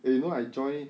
eh you know I join